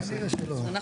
אנחנו נמנעים.